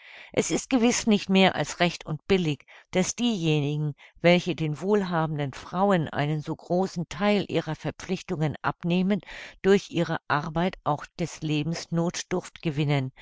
es ist gewiß nicht mehr als recht und billig daß diejenigen welche den wohlhabenden frauen einen so großen theil ihrer verpflichtungen abnehmen durch ihre arbeit auch des lebens nothdurft gewinnen